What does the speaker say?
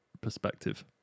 perspective